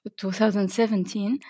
2017